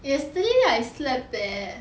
yesterday I slept there